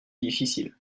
difficile